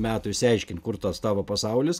metų išsiaiškint kur tas tavo pasaulis